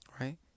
Right